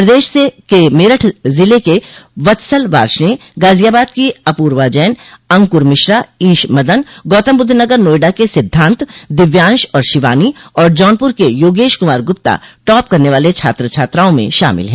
प्रदेश से मेरठ जिले के वत्सल वार्ष्णेय गाजियाबाद की अपूर्वा जैन अंकुर मिश्रा ईश मदन गौतमबुद्धनगर नोएडा के सिद्धान्त दिव्यांश और शिवानी और जौनपुर के योगेश कुमार गुप्ता टॉप करने वालें छात्र छात्रओं में शामिल हैं